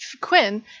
Quinn